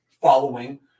following